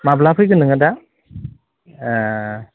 माब्ला फैगोन नोङो दा ए